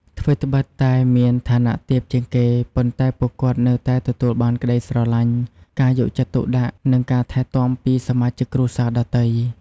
ថ្វីត្បិតតែមានឋានៈទាបជាងគេ ប៉ុន្តែពួកគាត់នៅតែទទួលបានក្តីស្រលាញ់ ការយកចិត្តទុកដាក់ និងការថែទាំពីសមាជិកគ្រួសារដទៃ។